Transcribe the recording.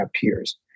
peers